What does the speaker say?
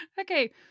Okay